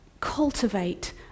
cultivate